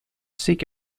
seek